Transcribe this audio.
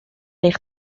eich